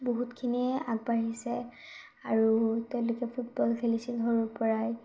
বহুতখিনিয়ে আগবাঢ়িছে আৰু তেওঁলোকে ফুটবল খেলিছিল সৰুৰ পৰাই